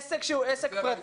הייתי באמצע שאלה.